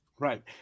Right